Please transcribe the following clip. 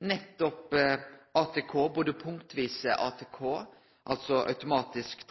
nettopp kor viktig ATK – både punktvis ATK, altså automatisk